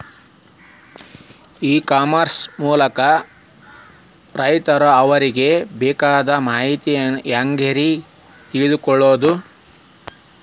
E commerce ಮೂಲಕ ರೈತರು ಅವರಿಗೆ ಬೇಕಾದ ಮಾಹಿತಿ ಹ್ಯಾಂಗ ರೇ ತಿಳ್ಕೊಳೋದು?